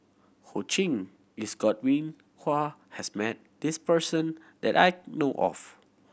Ho Ching Godwin Koay has met this person that I know of